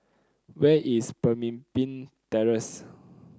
where is Pemimpin Terrace